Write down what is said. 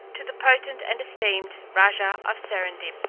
to the potent and esteemed raja of serendib.